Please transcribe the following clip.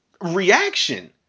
reaction